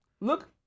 look